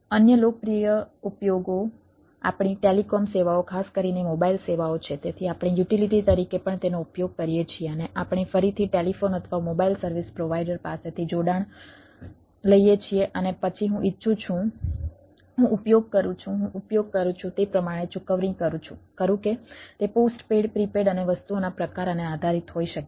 અન્ય લોકપ્રિય ઉપયોગો આપણી ટેલિકોમ અને વસ્તુઓના પ્રકાર અને આધારિત હોઈ શકે છે